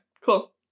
cool